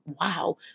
Wow